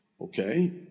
Okay